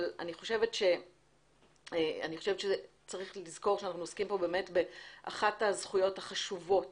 אבל אני חושבת שצריך לזכור שאנחנו עוסקים כאן באמת באחת הזכויות החשובות